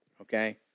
okay